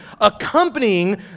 accompanying